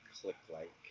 click-like